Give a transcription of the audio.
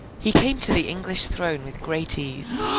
he came to the english throne with great ease.